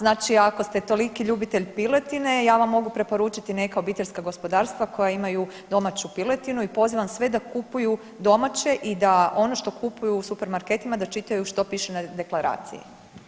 znači ako ste toliki ljubitelj piletine ja vam mogu preporučiti neka obiteljska gospodarstva koja imaju domaću piletinu i pozivam sve da kupuju domaće i da ono što kupuju u supermarketima da čitaju što piše na deklaraciji.